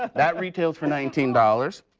that retails for nineteen dollars.